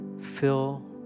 fill